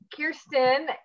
Kirsten